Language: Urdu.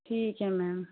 ٹھیک ہے میم